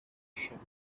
shepherd